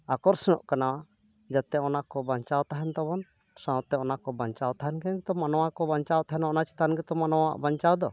ᱟᱠᱚᱨᱥᱚᱱᱚᱜ ᱠᱟᱱᱟ ᱡᱟᱛᱮ ᱚᱱᱟᱠᱚ ᱵᱟᱧᱪᱟᱣ ᱛᱟᱦᱮᱱ ᱛᱟᱵᱚᱱ ᱥᱟᱶᱛᱮ ᱚᱱᱟᱠᱚ ᱵᱟᱧᱪᱟᱣ ᱛᱟᱦᱮᱱ ᱜᱮᱛᱚ ᱢᱟᱱᱚᱣᱟ ᱠᱚ ᱵᱟᱧᱪᱟᱣ ᱛᱟᱦᱮᱱ ᱚᱱᱟ ᱪᱮᱛᱟᱱ ᱜᱮᱛᱚ ᱢᱟᱱᱚᱣᱟ ᱟᱜ ᱵᱟᱧᱪᱟᱣ ᱫᱚ